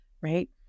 right